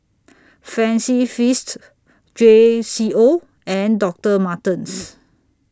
Fancy Feast J Co and Doctor Martens